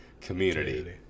Community